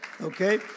Okay